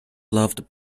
loved